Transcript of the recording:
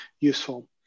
useful